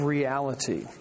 Reality